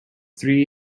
three